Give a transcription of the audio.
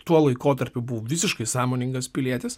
tuo laikotarpiu buvau visiškai sąmoningas pilietis